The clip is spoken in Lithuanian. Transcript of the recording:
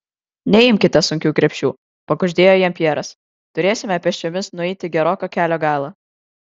neimkite sunkių krepšių pakuždėjo jam pjeras turėsime pėsčiomis nueiti geroką kelio galą